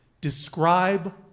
describe